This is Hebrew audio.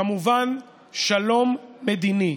וכמובן שלום מדיני.